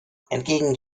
entgegen